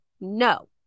No